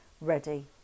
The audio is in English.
ready